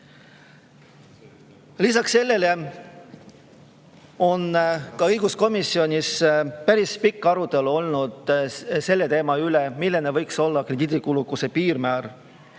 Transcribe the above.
tööle. Lisaks sellele on ka õiguskomisjonis olnud päris pikk arutelu selle teema üle, milline võiks olla krediidi kulukuse piirmäär.